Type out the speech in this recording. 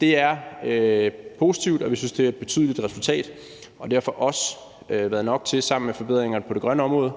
Det er positivt, og vi synes, det er et betydeligt resultat. Det har derfor også været nok til sammen med forbedringer på det grønne område,